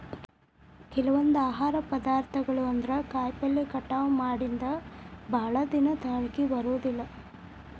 ಕೆಲವೊಂದ ಆಹಾರ ಪದಾರ್ಥಗಳು ಅಂದ್ರ ಕಾಯಿಪಲ್ಲೆ ಕಟಾವ ಮಾಡಿಂದ ಭಾಳದಿನಾ ತಾಳಕಿ ಬರುದಿಲ್ಲಾ